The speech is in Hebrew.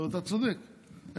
אתה צודק,